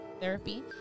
therapy